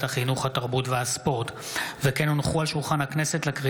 תוכן העניינים מסמכים שהונחו על שולחן הכנסת 10 מזכיר